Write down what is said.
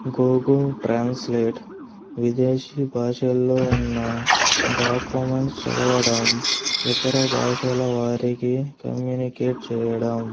Google translate విదేశీ భాషల్లో ఉన్న డాక్యుమెంట్స్ చదవడం ఇతర భాషల వారికి కమ్యూనికేట్ చేయడం